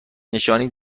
نشانی